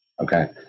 okay